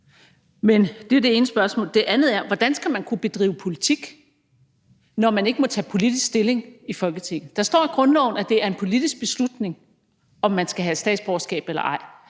Det var det ene spørgsmål. Det andet er, hvordan man skal kunne bedrive politik, når man ikke må tage politisk stilling i Folketinget. Det står i grundloven, at det er en politisk beslutning, om man skal have statsborgerskab eller ej.